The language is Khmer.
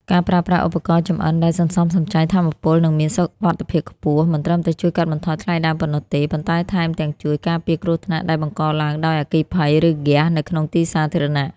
ការប្រើប្រាស់ឧបករណ៍ចម្អិនដែលសន្សំសំចៃថាមពល និងមានសុវត្ថិភាពខ្ពស់ មិនត្រឹមតែជួយកាត់បន្ថយថ្លៃដើមប៉ុណ្ណោះទេ ប៉ុន្តែថែមទាំងជួយការពារគ្រោះថ្នាក់ដែលបង្កឡើងដោយអគ្គិភ័យ ឬហ្គាសនៅក្នុងទីសាធារណៈ។